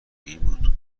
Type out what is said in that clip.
ایمان